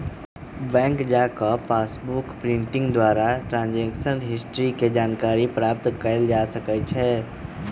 bank जा कऽ passbook printing द्वारा ट्रांजैक्शन हिस्ट्री के जानकारी प्राप्त कएल जा सकइ छै